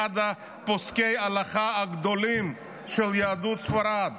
אחד מפוסקי ההלכה הגדולים של יהדות ספרד.